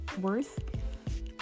worth